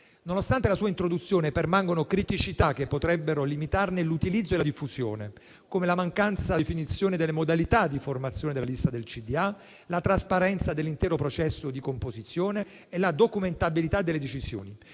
Nonostante la sua introduzione, permangono criticità che potrebbero limitarne l'utilizzo e la diffusione, come la mancanza di definizione delle modalità di formazione della lista del CDA, la trasparenza dell'intero processo di composizione e la documentabilità delle decisioni.